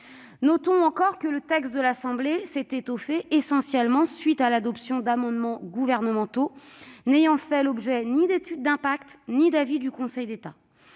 Notons encore que le texte de l'Assemblée nationale s'est essentiellement étoffé à la suite de l'adoption d'amendements gouvernementaux n'ayant fait l'objet ni d'étude d'impact ni d'avis du Conseil d'État,